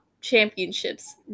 championships